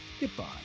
Goodbye